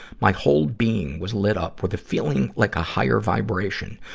my whole being was lit up with the feeling like a higher vibration.